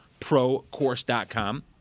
ProCourse.com